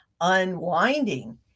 unwinding